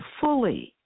fully